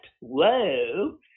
Whoa